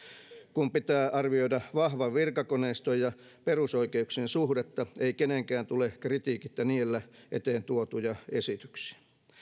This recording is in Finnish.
kun pitää arvioida vahvan virkakoneiston ja perusoikeuksien suhdetta ei kenenkään tule kritiikittä niellä eteen tuotuja esityksiä